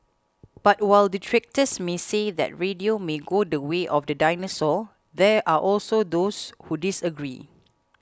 but while detractors may say that radio may go the way of the dinosaur there are also those who disagree